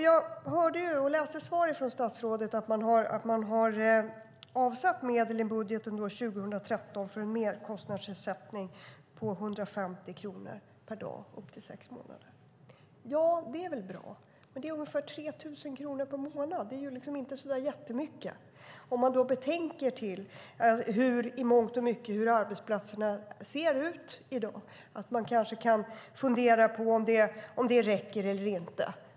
Jag hörde och läste i svaret från statsrådet att man har avsatt medel i budgeten för 2013 för merkostnadsersättning på 150 kronor per dag i upp till sex månader. Ja, det är väl bra, men det är ungefär 3 000 kronor per månad. Det är inte jättemycket om man betänker hur arbetsplatserna i mångt och mycket ser ut i dag. Man kanske kan fundera på om det räcker eller inte.